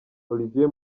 olivier